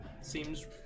Seems